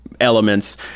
elements